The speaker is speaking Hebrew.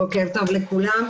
בוקר טוב לכולם.